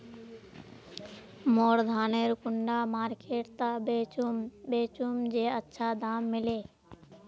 मोर धानेर कुंडा मार्केट त बेचुम बेचुम जे अच्छा दाम मिले?